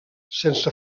sense